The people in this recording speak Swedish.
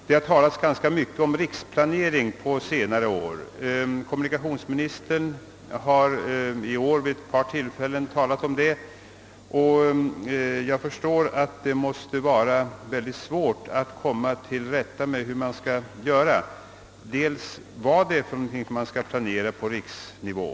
Det har talats ganska mycket om riksplanering på senare år. Kommunikationsministern har i år vid ett par tillfällen berört denna fråga, och jag förstår att det måste vara mycket svårt att finna en metod för dylik planering. Det gäller att komma fram till vad som skall planeras på riksnivå.